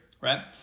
right